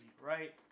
right